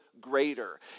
greater